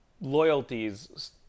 loyalties